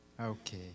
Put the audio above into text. Okay